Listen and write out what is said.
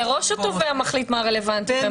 מראש התובע מחליט מה רלוונטי.